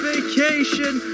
Vacation